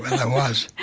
well, it was.